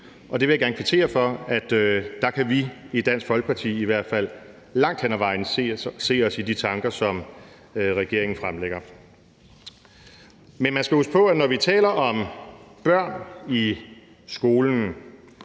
Det vil jeg gerne kvittere for, og der kan vi i Dansk Folkeparti i hvert fald langt hen ad vejen se os selv i de tanker, som regeringen fremlægger. Men man skal huske på, at når vi taler om børn i skolen,